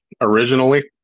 originally